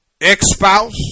ex-spouse